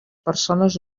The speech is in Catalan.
persones